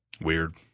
Weird